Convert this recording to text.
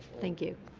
thank you.